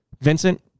Vincent